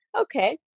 okay